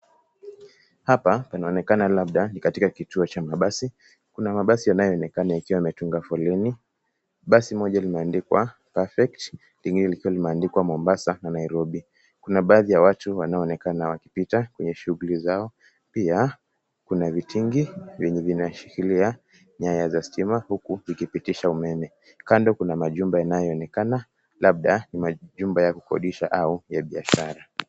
Hapa panaonekana labda ni katika kituo cha mabasi kuna mabasi yanayoonekana yakiwa yamepanga foleni, basi moja limeandikwa perfect lingine lkiwa limeandikwa Mombasa na Nairobi, kuna baadhi ya watu wanaoonekana wakipita kwenye shughuli zao, pia kuna vikingi vyenye vinashikilia nyayo za stima huku zikipitisha umeme kando kuna majimba yanayoonekana labda ni majumba ya kukondisha au ya biashara.